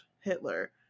Hitler